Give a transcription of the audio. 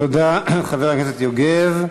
תודה, חבר הכנסת יוגב.